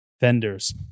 vendors